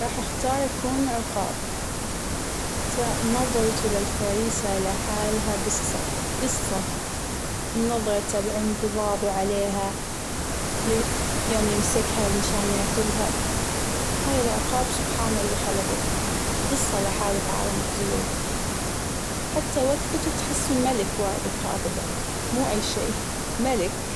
راح أختار أكون عقاب ، تا نظرته للفريسة لحالها قصة قصة ،نظرته بعمق أنقضاضه عليها يم يمسكها منشان ياكلها، هاى العقاب سبحان اللى خلقه، قصة لحاله فى عالم الطيور، حتى وقفته تحسه ملك واقف هكذا مو اى شى ملك.